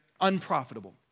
unprofitable